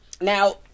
Now